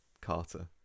Carter